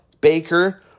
Baker